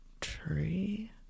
tree